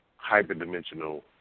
hyperdimensional